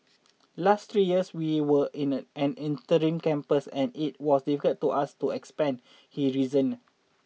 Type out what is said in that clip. last three years we were in a an interim campus and it was difficult for us to expand he reasoned